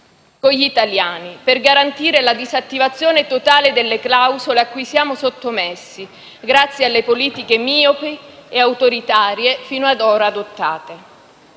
con gli italiani per garantire la disattivazione totale delle clausole a cui siamo sottomessi grazie alle politiche miopi e autoritarie fino ad ora adottate.